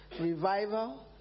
revival